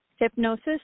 hypnosis